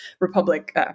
republic